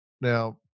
Now